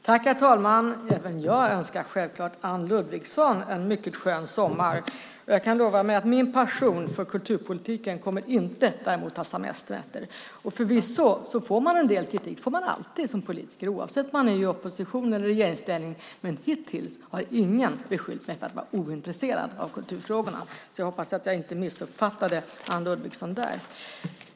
Herr talman! Även jag önskar självklart Anne Ludvigsson en mycket skön sommar. Jag kan däremot lova att min passion för kulturpolitiken inte kommer att ta semester. Förvisso får man en del kritik - det får man alltid som politiker, oavsett om man är i opposition eller i regeringsställning - men hittills har ingen beskyllt mig för att vara ointresserad av kulturfrågorna. Jag hoppas att jag inte missuppfattade Anne Ludvigsson där.